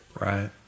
Right